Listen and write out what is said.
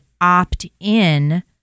opt-in